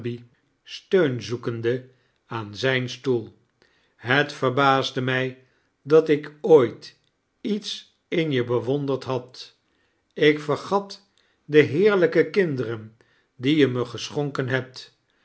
steun zoekende aan zijn stoel het v rbaasde mij dat ik ooit iets in je bewonderd had ik vergat de heerlijke kinderen die je me geschonken hebt